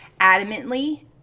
adamantly